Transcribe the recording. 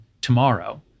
tomorrow